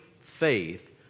faith